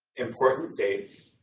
important dates,